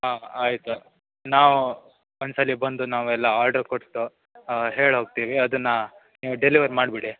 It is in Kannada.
ಆಂ ಆಯಿತು ನಾವು ಒಂದು ಸಲ ಬಂದು ನಾವೆಲ್ಲ ಆರ್ಡರ್ ಕೊಟ್ಟು ಹೇಳಿ ಹೋಗ್ತೀವಿ ಅದನ್ನು ನೀವು ಡೆಲಿವರ್ ಮಾಡಿಬಿಡಿ